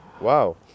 wow